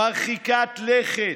מרחיקת לכת,